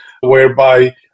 whereby